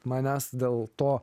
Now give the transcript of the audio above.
manęs dėl to